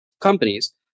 companies